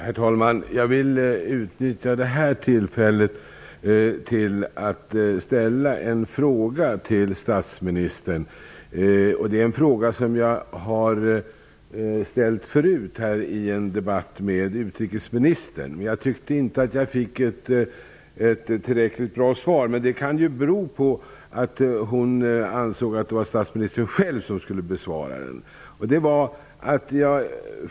Herr talman! Jag vill utnyttja detta tillfälle till att ställa en fråga till statsministern. Det är en fråga som jag har ställt tidigare i en debatt med utrikesministern. Jag tyckte inte att jag fick ett tillräckligt bra svar, men det kan bero på att hon ansåg att det var statsministern själv som skulle besvara frågan.